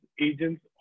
agents